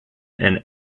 and